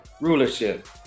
rulership